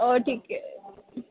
اوہ ٹھیک ہے